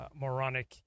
moronic